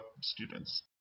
students